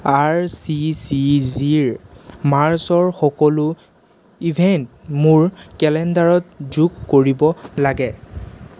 R C C G ৰ মাৰ্চৰ সকলো ইভেণ্ট মোৰ কেলেণ্ডাৰত যোগ কৰিব লাগে